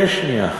חכה שנייה אחת.